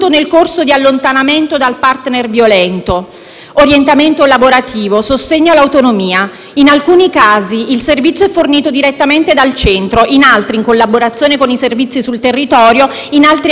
orientamento lavorativo e sostegno all'autonomia: in alcuni casi, il servizio è fornito direttamente dal centro; in altri, in collaborazione con i servizi sul territorio; in altri ancora, il centro assolve la funzione di indirizzamento.